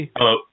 Hello